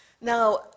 now